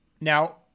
Now